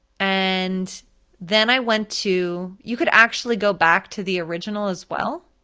and then i went to, you could actually go back to the original as well,